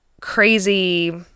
crazy